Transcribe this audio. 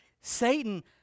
Satan